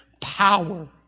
power